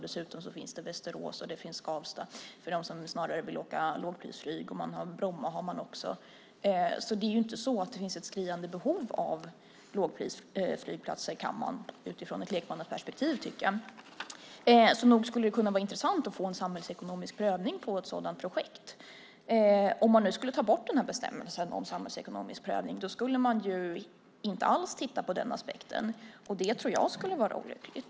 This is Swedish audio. Dessutom finns Västerås och Skavsta för dem som hellre vill åka lågprisflyg. Bromma finns också. Det är ju inte så att det finns ett skriande behov av lågprisflygplatser, kan man utifrån ett lekmannaperspektiv tycka. Nog skulle det kunna vara intressant att få en samhällsekonomisk prövning av ett sådant projekt. Om man nu skulle ta bort bestämmelsen om samhällsekonomisk prövning skulle man inte alls titta på den aspekten, och det tror jag skulle vara olyckligt.